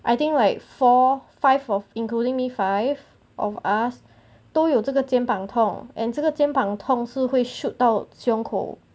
I think like four five of including me five of us 都有这个肩膀痛 and 这个肩膀痛是会 shoot 到胸口